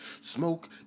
Smoke